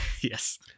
Yes